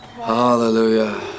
Hallelujah